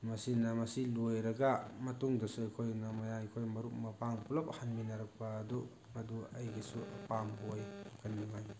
ꯃꯁꯤꯅ ꯃꯁꯤ ꯂꯣꯏꯔꯒ ꯃꯇꯨꯡꯗꯁꯨ ꯑꯩꯈꯣꯏꯅ ꯃꯌꯥꯝ ꯑꯩꯈꯣꯏ ꯃꯔꯨꯞ ꯃꯄꯥꯡ ꯄꯨꯂꯞ ꯍꯟꯃꯤꯟꯅꯔꯛꯄ ꯑꯗꯨ ꯃꯗꯨ ꯑꯩꯒꯤꯁꯨ ꯑꯄꯥꯃꯕ ꯑꯣꯏ ꯋꯥꯈꯜ ꯅꯨꯡꯉꯥꯏꯅ